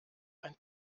ein